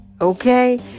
okay